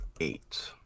eight